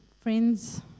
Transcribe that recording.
friends